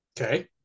okay